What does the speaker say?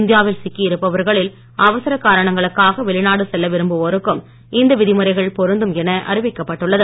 இந்தியாவில் சிக்கி இருப்பவர்களில் அவசர காரணங்களுக்காக வெளிநாடு செல்ல விரும்புவோருக்கும் இந்த விதிமுறைகள் பொருந்தும் என அறிவிக்கப்பட்டுள்ளது